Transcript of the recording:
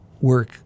work